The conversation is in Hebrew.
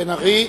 בן-ארי.